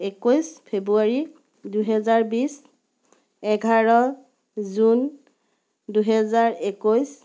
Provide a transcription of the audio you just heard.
একৈছ ফেব্ৰুৱাৰী দুহেজাৰ বিছ এঘাৰ জুন দুহেজাৰ একৈছ